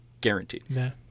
guaranteed